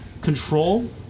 Control